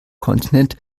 kontinent